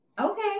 Okay